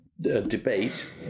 debate